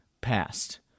past